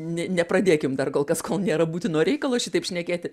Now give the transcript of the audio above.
ne nepradėkim dar kol kas kol nėra būtino reikalo šitaip šnekėti